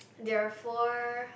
there are four